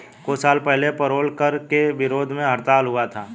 कुछ साल पहले पेरोल कर के विरोध में हड़ताल हुआ था